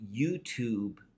YouTube